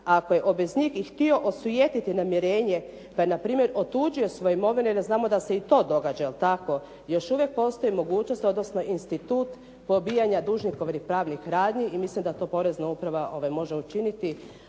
ako je obveznik i htio osjetiti namirenje pa je npr. otuđio svoju imovinu, jer znamo da se i to događa, je li tako, još uvijek postoji mogućnost, odnosno institut pobijanja dužnikovih pravnih radnji i mislim da to porezna uprava može učiniti